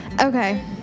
okay